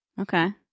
Okay